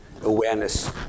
awareness